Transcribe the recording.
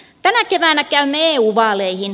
tänä keväänä käymme eu vaaleihin